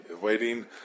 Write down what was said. waiting